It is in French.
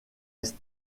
est